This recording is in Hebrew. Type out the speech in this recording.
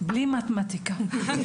בלי מתמטיקה.